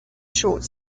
short